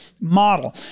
model